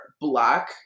black